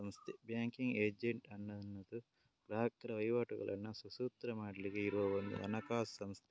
banking agent ಅನ್ನುದು ಗ್ರಾಹಕರ ವಹಿವಾಟುಗಳನ್ನ ಸುಸೂತ್ರ ಮಾಡ್ಲಿಕ್ಕೆ ಇರುವ ಒಂದು ಹಣಕಾಸು ಸಂಸ್ಥೆ